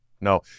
no